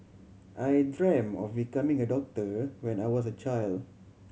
I dreamt of becoming a doctor when I was a child